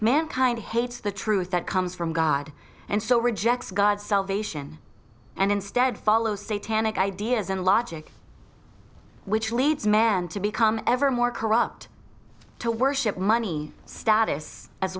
mankind hates the truth that comes from god and so rejects god's salvation and instead follow say tannic ideas and logic which leads men to become ever more corrupt to worship money status as